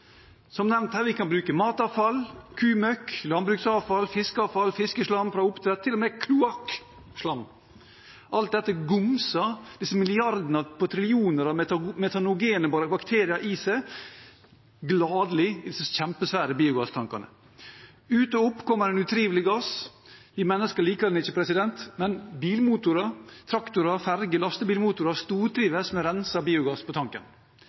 Som nevnt her: Vi kan bruke matavfall, kumøkk, landbruksavfall, fiskeavfall, fiskeslam fra oppdrett – til og med kloakkslam. Alt dette mumser disse milliarder, ja trillioner av metanogene bakterier gladelig i seg i kjempesvære biogasstanker. Ut og opp kommer en utrivelig gass. Vi mennesker liker den ikke, men bilmotorer, traktorer, ferger og lastebilmotorer stortrives med renset biogass på tanken.